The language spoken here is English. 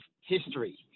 history